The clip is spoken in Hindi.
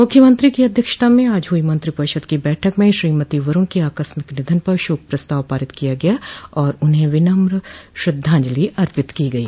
मुख्यमंत्री की अध्यक्षता में आज हुई मंत्रिपरिषद की बैठक में श्रीमती वरूण के आकस्मिक निधन पर शोक प्रस्ताव पारित किया गया और उन्हें विनम्र श्रद्धांजलि अर्पित की गई